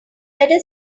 better